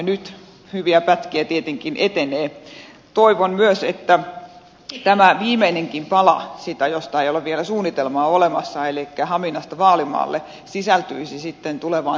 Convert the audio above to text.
nyt hyviä pätkiä tietenkin etenee mutta toivon myös että tämä viimeinenkin pala josta ei ole vielä suunnitelmaa olemassa elikkä haminasta vaalimaalle sisältyisi sitten tulevaan selontekoon